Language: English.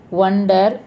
wonder